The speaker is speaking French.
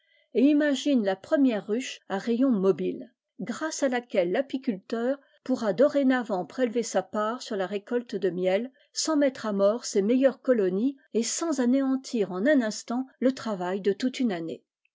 et imagine la première ruche à rayons mobiles grâce à laquelle tapiculleur pourra dorénavant prélever sa part sur la récolte de miel sans mettre à mort ses meilleures colonies et sans anéantir en un instant le travail de toute une année